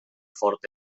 fort